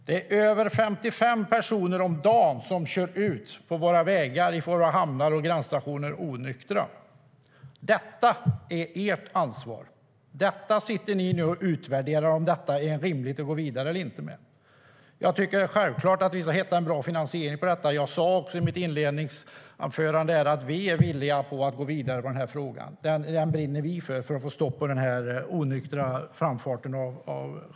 Det är över 55 personer om dagen som kör ut på våra vägar onyktra vid våra hamnar och gränsstationer. Detta är ert ansvar. Ni sitter nu och utvärderar om det är rimligt att gå vidare med det här eller inte. Jag tycker självklart att vi ska hitta en bra finansiering. Jag sa också i mitt inledningsanförande att vi är villiga att gå vidare för att få stopp på de onyktra chaufförernas framfart.